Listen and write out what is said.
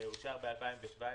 "אושר ב-2017".